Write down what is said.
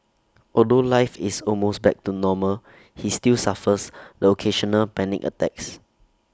although life is almost back to normal he still suffers the occasional panic attacks